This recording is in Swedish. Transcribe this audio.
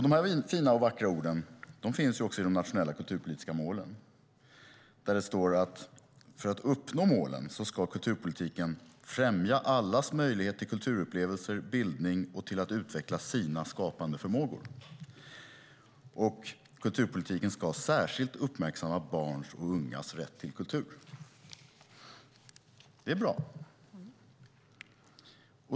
De här fina och vackra orden finns också i de nationella kulturpolitiska målen, där det står: För att uppnå målen ska kulturpolitiken främja allas möjlighet till kulturupplevelser, bildning och till att utveckla sina skapande förmågor. Kulturpolitiken ska särskilt uppmärksamma barns och ungas rätt till kultur. Det är bra.